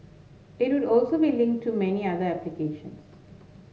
it would also be link to many other applications